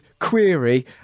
query